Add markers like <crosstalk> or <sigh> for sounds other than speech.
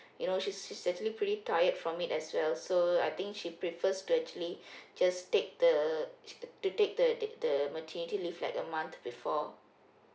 you know she's she's actually pretty tired from it as well so I think she prefers to actually <breath> just take the to take the the maternity leave like a month before